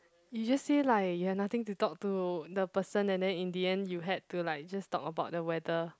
you just say like you have nothing to talk to the person and then in the end you had to like just talk about the weather